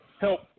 help